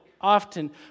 often